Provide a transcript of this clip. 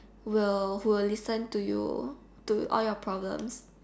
will who will listen to you to all your problems